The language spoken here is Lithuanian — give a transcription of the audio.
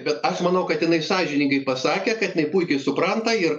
bet aš manau kad jinai sąžiningai pasakė kad jinai puikiai supranta ir